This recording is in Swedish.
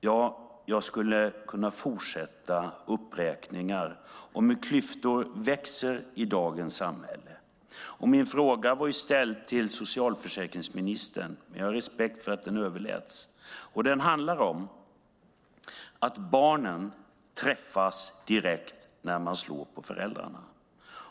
Ja, jag skulle kunna fortsätta uppräkningen om hur klyftor växer i dagens samhälle. Min fråga var ställd till socialförsäkringsministern, men jag har respekt för att den överläts. Den handlar om att barnen träffas direkt när man slår på föräldrarna.